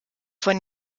von